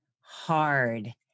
hard